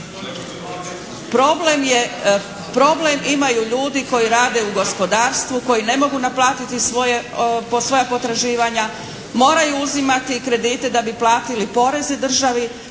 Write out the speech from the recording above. Problem imaju ljudi koji rade u gospodarstvu, koji ne mogu naplatiti svoja potraživanja. Moraju uzimati kredite da bi platili poreze državi